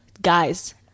guys